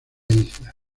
isla